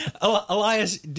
Elias